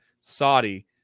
Saudi